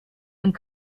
und